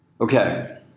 Okay